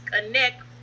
connect